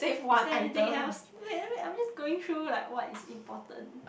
is there anything else wait let me I'm just going through like what's like important